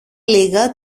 λίγα